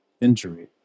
injury